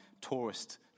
tourist